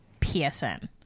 PSN